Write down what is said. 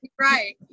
right